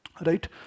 Right